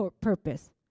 purpose